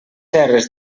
terres